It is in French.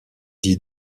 dit